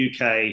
UK